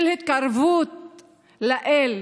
של התקרבות לאל,